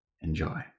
Enjoy